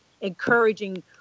encouraging